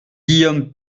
guillaume